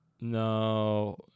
No